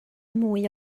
mwy